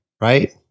Right